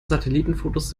satellitenfotos